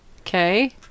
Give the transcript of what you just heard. Okay